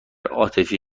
عاطفی